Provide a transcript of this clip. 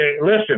Listen